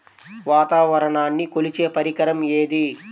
వాతావరణాన్ని కొలిచే పరికరం ఏది?